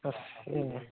ତ ସେ